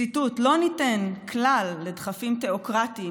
ציטוט: לא ניתן כלל לדחפים תיאוקרטיים